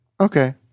okay